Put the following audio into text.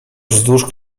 wzdłuż